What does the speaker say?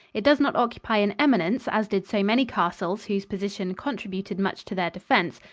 it does not occupy an eminence, as did so many castles whose position contributed much to their defense,